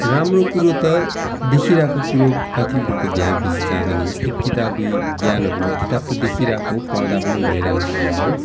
राम्रो कुरो त देखिरहेको कुरो माथि उनीहरूको ध्यान बेसी जाँदैन जस्तै किताबी ज्ञानहरूमा किताब त देखिरहेको पढ्दा पनि भइरहने कुरा हो